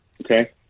okay